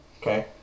okay